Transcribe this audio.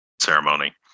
ceremony